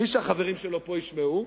בלי שהחברים שלו פה ישמעו,